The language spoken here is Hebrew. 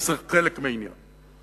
וזה חלק מהעניין.